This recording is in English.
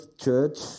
church